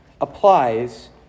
applies